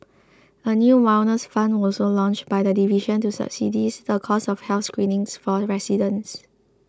a new wellness fund was also launched by the division to subsidise the cost of health screenings for residents